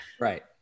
Right